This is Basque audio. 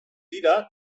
dira